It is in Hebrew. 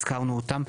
הזכרנו אותם,